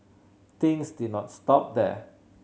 things did not stop there